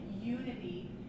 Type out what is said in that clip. unity